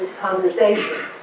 conversation